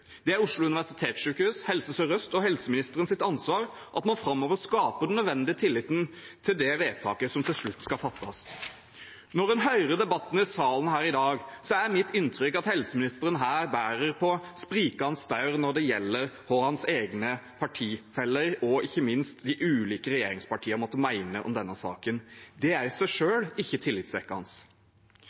Det er Oslo universitetssykehus, Helse Sør-Øst og helseministerens ansvar at man framover skaper den nødvendige tilliten til det vedtaket som til slutt skal fattes. Når en hører debatten i salen her i dag, er mitt inntrykk at helseministeren bærer på sprikende staur når det gjelder hva hans egne partifeller og ikke minst de ulike regjeringspartier måtte mene om denne saken. Det er i seg selv ikke